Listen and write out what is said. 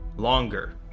longer,